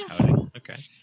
Okay